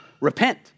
Repent